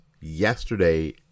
yesterday